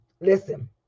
Listen